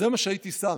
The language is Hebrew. זה מה שהייתי שם.